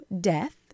death